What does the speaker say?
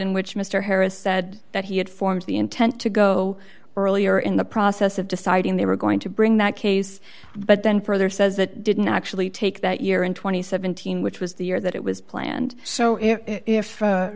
in which mr harris said that he had forms the intent to go earlier in the process of deciding they were going to bring that case but then further says that didn't actually take that year in two thousand and seventeen which was the year that it was planned so if